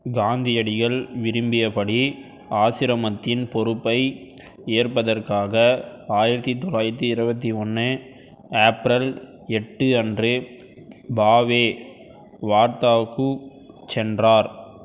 காந்தியடிகள் விரும்பியபடி ஆசிரமத்தின் பொறுப்பை ஏற்பதற்காக ஆயிரத்து தொளாயிரத்து இருபத்தியொன்னு ஏப்ரல் எட்டு அன்று பாவே வார்தாவுக்குச் சென்றார்